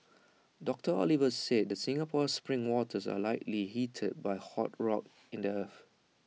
doctor Oliver said the Singapore spring waters are likely heated by hot rock in the earth